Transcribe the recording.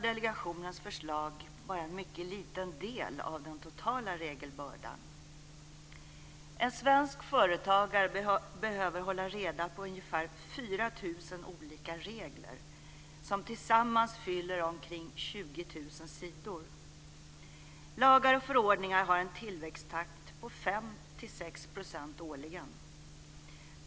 Delegationens förslag omfattar då bara en mycket liten del av den totala regelbördan. En svensk företagare behöver hålla reda på ungefär 4 000 olika regler som tillsammans fyller omkring 20 000 sidor. Lagar och förordningar har en tillväxttakt på 5-6 % årligen.